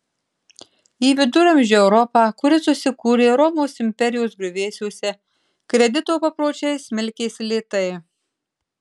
į viduramžių europą kuri susikūrė romos imperijos griuvėsiuose kredito papročiai smelkėsi lėtai